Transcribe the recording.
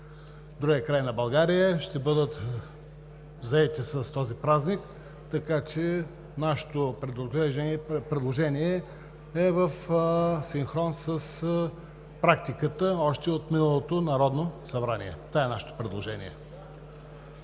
другия край на България, ще бъдат заети с този празник. Така че нашето предложение е в синхрон с практиката още от миналото Народно събрание. Това е нашето предложение.